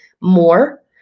more